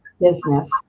business